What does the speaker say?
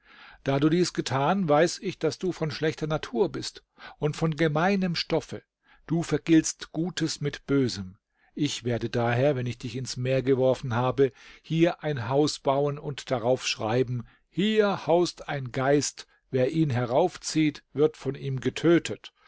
da du dies getan weiß ich daß du von schlechter natur bist und von gemeinem stoffe du vergiltst gutes mit bösem ich werde daher wenn ich dich ins meer geworfen habe hier ein haus bauen und darauf schreiben hier haust ein geist wer ihn heraufzieht wird von ihm getötet